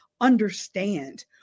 understand